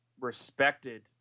respected